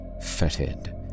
fetid